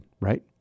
right